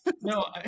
No